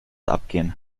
abgehen